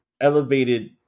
elevated